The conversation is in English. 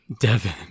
Devin